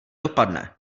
dopadne